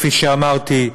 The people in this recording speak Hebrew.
כפי שאמרתי.